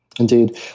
Indeed